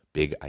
big